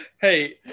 hey